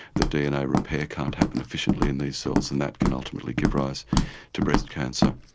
the dna repair can't happen efficiently in these cells and that can ultimately give rise to breast cancer.